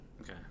okay